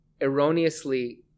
erroneously